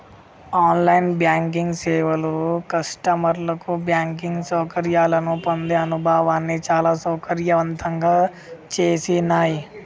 on line banking సేవలు కస్టమర్లకు banking సౌకర్యాలను పొందే అనుభవాన్ని చాలా సౌకర్యవంతంగా చేసినాయ్